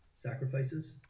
sacrifices